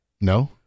No